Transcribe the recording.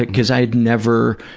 because i had never,